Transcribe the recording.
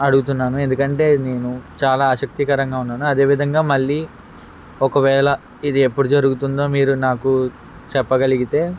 అడుగుతున్నాను ఎందుకంటే నేను చాలా ఆసక్తికరంగా ఉన్నాను అదేవిధంగా మళ్ళీ ఒకవేళ ఇది ఎప్పుడు జరుగుతుందో మీరు నాకు చెప్పగలిగితే